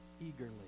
eagerly